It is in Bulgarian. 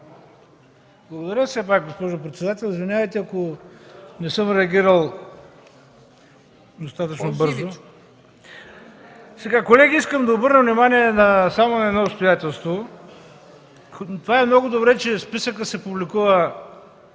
БИСЕРОВ (ДПС): Госпожо председател, извинявайте, ако не съм реагирал достатъчно бързо. Колеги, искам да обърна внимание само на едно обстоятелство. Това е много добре, че списъкът се публикува